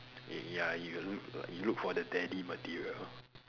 ya you will look you look for the daddy material